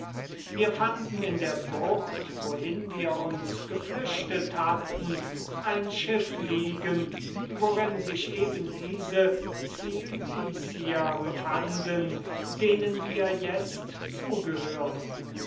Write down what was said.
wir fanden in eben der bucht wohin wir uns geflüchtet hatten ein anders schiff liegen worin sich eben diese cilicier befanden denen wir itzt